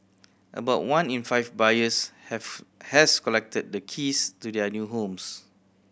about one in five buyers have has collected the keys to their new homes